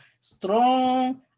strong